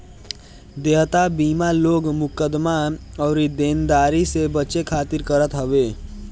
देयता बीमा लोग मुकदमा अउरी देनदारी से बचे खातिर करत हवे